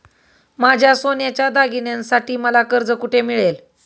माझ्या सोन्याच्या दागिन्यांसाठी मला कर्ज कुठे मिळेल?